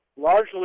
largely